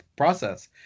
process